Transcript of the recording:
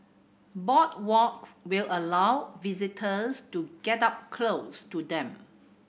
boardwalks will allow visitors to get up close to them